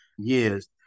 years